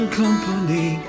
company